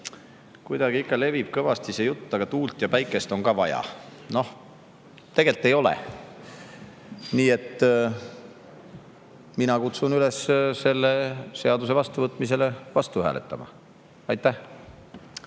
levib ikkagi kõvasti jutt, et aga tuult ja päikest on ka vaja. Noh, tegelikult ei ole. Nii et mina kutsun üles selle seaduse vastuvõtmise vastu hääletama. Aitäh!